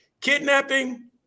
Kidnapping